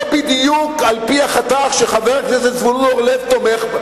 בדיוק על-פי החתך שחבר הכנסת זבולון אורלב תומך,